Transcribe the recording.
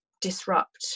disrupt